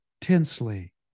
tensely